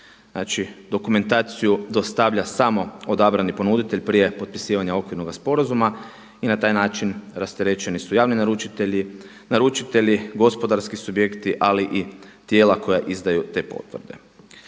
Znači, dokumentaciju dostavlja samo odabrani ponuditelj prije potpisivanja Okvirnoga sporazuma i na taj način rasterećeni su javni naručitelji, naručitelji gospodarski subjekti, ali i tijela koja izdaju te potvrde.